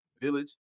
Village